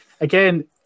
again